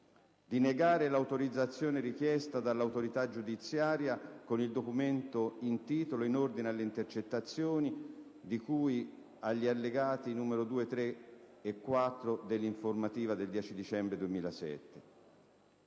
a) negare l'autorizzazione richiesta dall'autorità giudiziaria con il documento in titolo in ordine alle intercettazioni di cui agli allegati nn. 2, 3 e 4 dell'informativa CC-RONO-RC del 10 dicembre 2007;